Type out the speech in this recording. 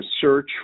search